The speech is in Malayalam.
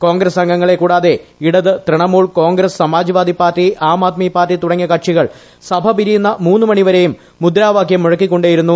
കോൺഗ്രസ് അംഗങ്ങളെ കൂടാതെ ഇടത് തൃണമൂൽ കോൺഗ്രസ് സമാജ്വാദി പാർട്ടി ആം ആദ്മി പാർട്ടി തുടങ്ങിയ കക്ഷികൾ സഭ പിരിയുന്ന മൂന്ന് മണിവരേയും മുദ്രാവാക്യം മുഴക്കിക്കൊണ്ടേയിരുന്നു